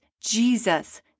Jesus